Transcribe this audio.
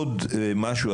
עוד משהו,